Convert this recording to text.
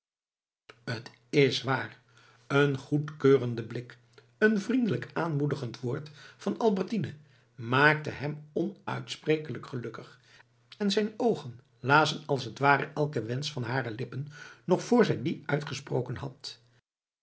t is waar een goedkeurende blik een vriendelijk aanmoedigend woord van albertine maakte hem onuitsprekelijk gelukkig en zijn oogen lazen als het ware elken wensch van hare lippen nog vr zij dien uitgesproken had